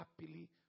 happily